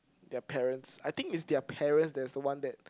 their parents I think is their parents that's the one that